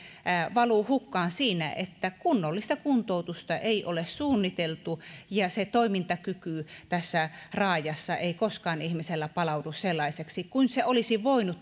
valuu hukkaan kun kunnollista kuntoutusta ei ole suunniteltu ja se toimintakyky tässä raajassa ei koskaan ihmisellä palaudu sellaiseksi kuin se olisi voinut